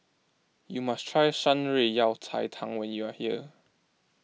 you must try Shan Rui Yao Cai Tang when you are here